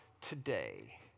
today